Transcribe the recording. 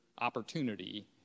opportunity